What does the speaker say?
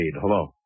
Hello